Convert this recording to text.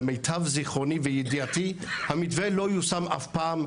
למיטב זכרוני וידיעתי המתווה לא יושם אף פעם.